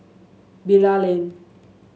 Bilal Lane